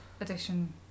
edition